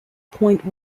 point